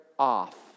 off